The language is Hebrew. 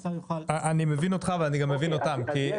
השר יוכל --- אני מבין אותך ואני גם מבין אותם כי,